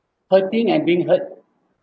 hurting and being hurt